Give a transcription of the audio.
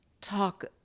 talk